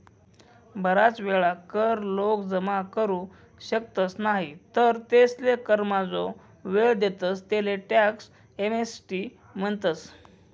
बराच वेळा कर लोक जमा करू शकतस नाही तर तेसले करमा जो वेळ देतस तेले टॅक्स एमनेस्टी म्हणतस